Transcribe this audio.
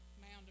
mound